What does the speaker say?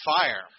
fire